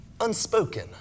unspoken